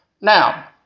Now